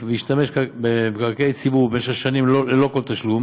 והשתמש במקרקעי ציבור במשך שנים ללא כל תשלום